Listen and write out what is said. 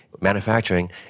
manufacturing